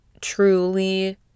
truly